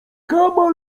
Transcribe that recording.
kama